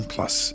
Plus